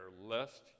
lest